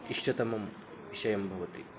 इष्टतमः विषयः भवति